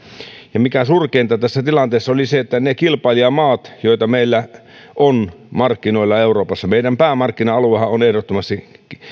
ja mikä surkeinta tässä tilanteessa ne kilpailijamaat joita meillä on markkinoilla euroopassa meidän päämarkkina aluehan on ehdottomasti